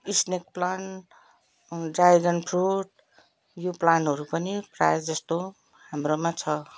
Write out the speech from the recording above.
snake plant dragon fruit यो प्लान्टहरू पनि प्रायः जस्तो हाम्रोमा छ